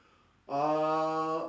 uh